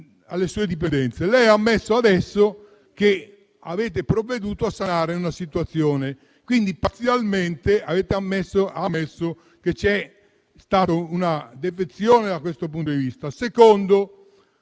alle sue dipendenze. Lei ha ammesso adesso che avete provveduto a sanare una situazione, quindi ha parzialmente ammesso che c'è stata una defezione da questo di vista. Le